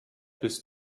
bist